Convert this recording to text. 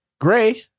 Gray